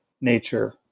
nature